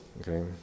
okay